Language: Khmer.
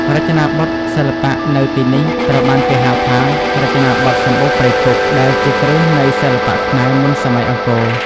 រចនាបថសិល្បៈនៅទីនេះត្រូវបានគេហៅថា "រចនាបថសំបូរព្រៃគុក" ដែលជាគ្រឹះនៃសិល្បៈខ្មែរមុនសម័យអង្គរ។